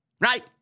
right